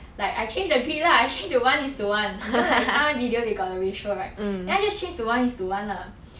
like I change the grid lah like I change to one is to one you know sometimes video they got the ratio right then I just change to one is to one lah